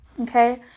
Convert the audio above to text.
Okay